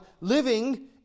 living